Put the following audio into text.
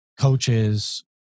coaches